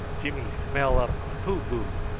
jimmy smell up poo boo!